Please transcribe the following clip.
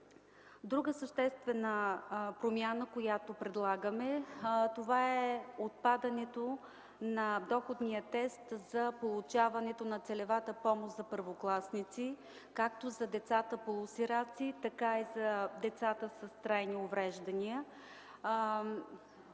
Друга съществена промяна, която предлагаме, е отпадането на доходния тест за получаване на целева помощ за първокласници, както за децата полусираци, така и за децата с трайни увреждания.